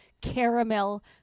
caramel